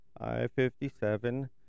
I-57